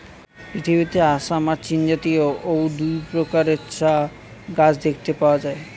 পৃথিবীতে আসাম আর চীনজাতীয় অউ দুই প্রকারের চা গাছ দেখতে পাওয়া যায়